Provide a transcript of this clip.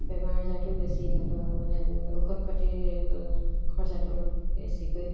বেমাৰ আজাৰটো বেছি সিহঁতৰ মানে ঔষধ পাতি খৰচাটো অলপ বেছিকৈ